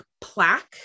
plaque